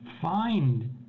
find